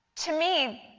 to me